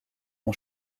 mon